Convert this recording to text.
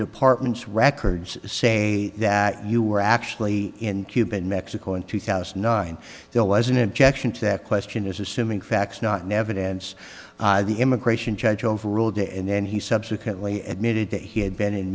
department's records say that you were actually in cuba in mexico in two thousand and nine there was an objection to that question is assuming facts not in evidence the immigration judge overruled and then he subsequently admitted that he had been in